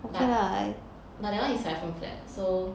but but that one is like five room flat so